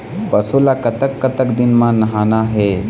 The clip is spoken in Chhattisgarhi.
पशु ला कतक कतक दिन म नहाना हे?